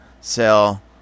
sell